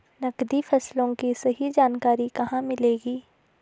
नकदी फसलों की सही जानकारी कहाँ मिलेगी?